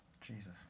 Jesus